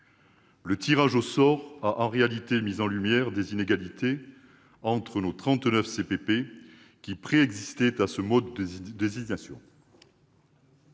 le tirage au sort a mis en lumière des inégalités entre nos trente-neuf CPP, qui préexistaient à ce mode de désignation.